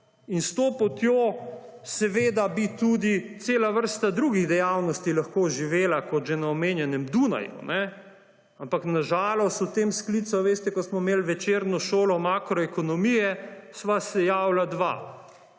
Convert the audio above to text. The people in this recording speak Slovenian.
In s to potjo bi tudi cela vrsta drugih dejavnosti lahko živela kot že na omenjenem Dunaju. Ampak, na žalost, v tem sklicu, veste, ko smo imeli večerno šolo makroekonomije, sva se javila dva,